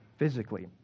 physically